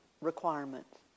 requirements